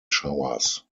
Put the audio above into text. showers